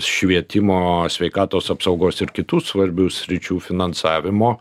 švietimo sveikatos apsaugos ir kitų svarbių sričių finansavimo